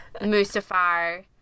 Mustafar